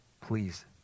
Please